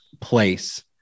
place